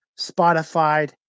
Spotify